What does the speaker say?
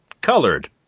colored